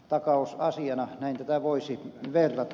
takausasiana näin tätä voisi verrata